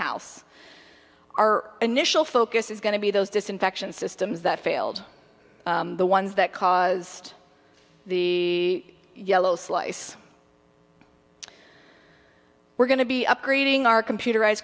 house our initial focus is going to be those disinfection systems that failed the ones that caused the yellow slice we're going to be upgrading our computerized